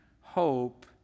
hope